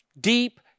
deep